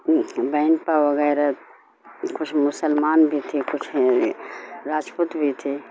بہن آپا وغیرہ کچھ مسلمان بھی تھے کچھ راجپوت بھی تھے